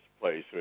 place